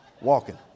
walking